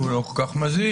הוא לא כל כך מזיק,